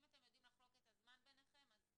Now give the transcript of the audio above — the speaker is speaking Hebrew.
אם אתם יודעים לחלוק את הזמן ביניכם, אז כן.